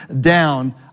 down